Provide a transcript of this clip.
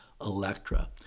Electra